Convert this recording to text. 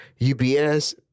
UBS